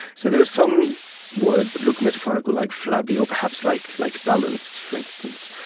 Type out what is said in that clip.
so there are some words that look metaphorical like flabby or perhaps like like balanced, for instance,